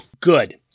Good